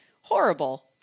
horrible